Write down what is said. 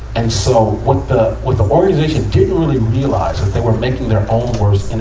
and so, what the, what the organization didn't really realize was they were making their own worst and